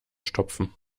stopfen